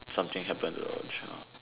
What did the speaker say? something happen to the lone child